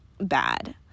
bad